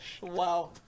wow